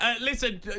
Listen